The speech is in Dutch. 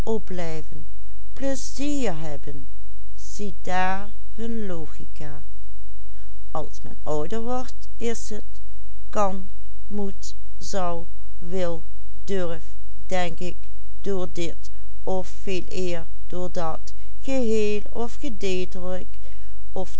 het kan moet zal wil durf denk ik door dit of veeleer door dat geheel